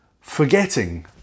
forgetting